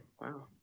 Wow